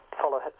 follow